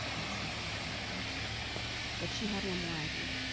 and so she thought okay but she had one more idea.